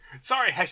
sorry